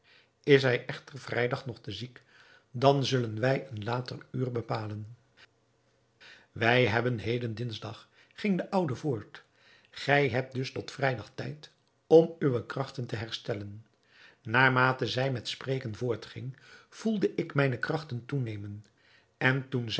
is hij echter vrijdag nog te ziek dan zullen wij een later uur bepalen wij hebben heden dingsdag ging de oude voort gij hebt dus tot vrijdag tijd om uwe krachten te herstellen naarmate zij met spreken voortging voelde ik mijne krachten toenemen en toen